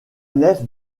nef